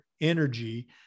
energy